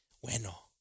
bueno